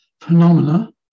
phenomena